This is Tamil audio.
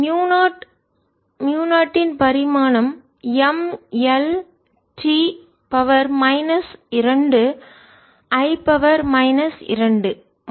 0 MLT 2I 2 σ I2ML3T 3 M L2I1 b a L a L எனவேமியூ0 இன் பரிமாணம் M L T 2 I 2